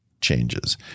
changes